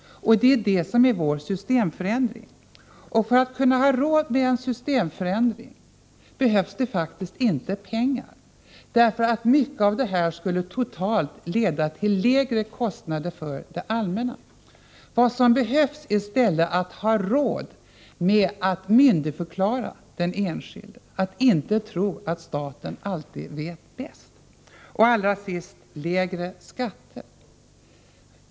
Det är det som är vår systemförändring. För att ha råd med en systemförändring behövs det faktiskt inte pengar, därför att mycket av det här skulle, totalt sett, leda till lägre kostnader för det allmänna. Vad som behövs är i stället att man vill betro och myndigförklara den enskilde — man skall inte tro att staten alltid vet bäst. Allra sist vill jag säga någonting om det här med lägre skatter.